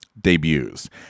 debuts